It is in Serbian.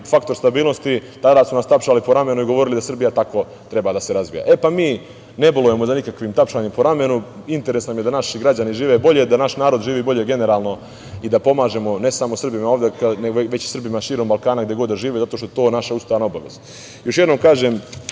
faktor stabilnosti, tada su naš tapšali po ramenu i govorili da Srbija tako treba da se razvija.E, pa, mi ne bolujemo ni za kakvim tapšanjem po ramenu, interes nam je da naši građani žive bolje, da naš narod živi bolje generalno i da pomažemo ne samo Srbima ovde, nego i Srbima širom Balkana gde god da žive, zato što je to naša ustavna obaveza. Još jednom kažem,